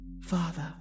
Father